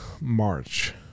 March